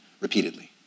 repeatedly